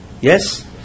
Yes